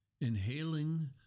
Inhaling